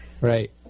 Right